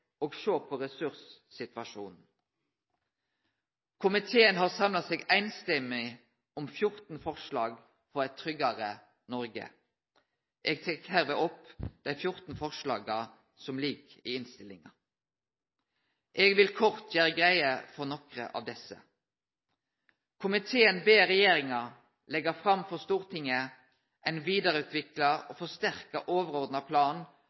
og sjå på ressurssituasjonen. Komiteen har samla seg samrøystes om 14 forslag til vedtak for eit tryggare Noreg. Eg tilrår hermed dei 14 forslaga til vedtak som ligg i innstillinga. Eg vil kort gjere greie for nokre av desse: Komiteen ber regjeringa leggje fram for Stortinget ein vidareutvikla og forsterka overordna plan